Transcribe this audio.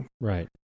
Right